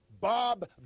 Bob